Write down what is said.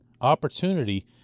opportunity